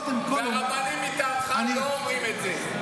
והרבנים מטעמך לא אומרים את זה.